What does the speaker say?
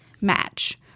match